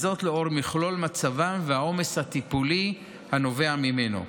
לאור מכלול מצבם והעומס הטיפול הנובע ממנו.